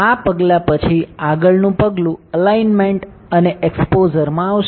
આ પગલા પછી આગળનું પગલું અલાઈનમેંટ અને એક્સ્પોઝરમાં આવશે